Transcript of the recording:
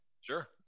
sure